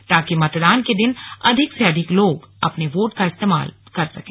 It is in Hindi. ताकि मतदान के दिन अधिक से अधिक लोग अपने वोट का इस्तेमाल करें